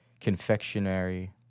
confectionery